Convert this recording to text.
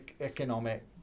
economic